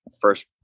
first